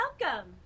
welcome